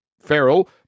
feral